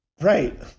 Right